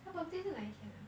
她 birthday 是哪一天 ah